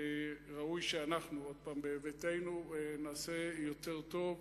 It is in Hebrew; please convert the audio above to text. ראוי שאנחנו בביתנו נעשה יותר טוב.